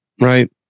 Right